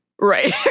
Right